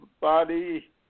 body